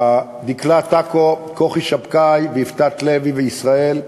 דקלה טקו, כוכי שבתאי, יפעת לוי ישראל,